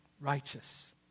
righteous